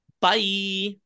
bye